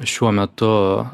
šiuo metu